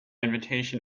invitation